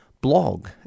blog